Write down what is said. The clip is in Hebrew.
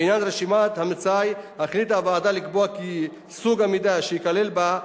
לעניין רשימת המצאי החליטה הוועדה לקבוע כי סוג המידע שייכלל בה,